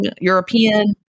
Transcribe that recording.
European